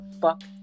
fuck